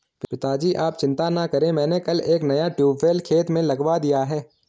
पिताजी आप चिंता ना करें मैंने कल एक नया ट्यूबवेल खेत में लगवा दिया है